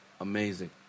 amazing